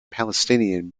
palestinian